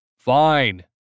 Fine